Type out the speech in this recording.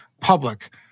Public